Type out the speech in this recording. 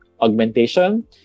augmentation